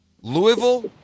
Louisville